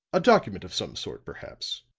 a document of some sort, perhaps.